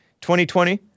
2020